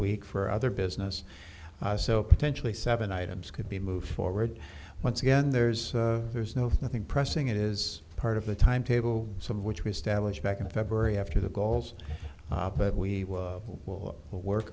week for other business so potentially seven items could be moved forward once again there's there's nothing pressing it is part of the timetable some of which were established back in february after the goals but we will work